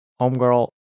homegirl